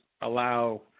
allow